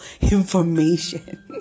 information